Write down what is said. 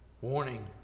Warning